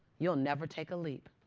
you'll never take a leap.